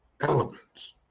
elements